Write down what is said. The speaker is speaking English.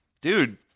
dude